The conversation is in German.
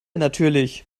natürlich